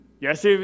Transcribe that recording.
yes